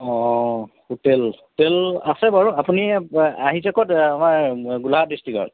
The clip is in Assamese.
অঁ হোটেল হোটেল আছে বাৰু আপুনি আহিছে ক'ত আমাৰ গোলাঘাট ডিষ্ট্ৰিক্টত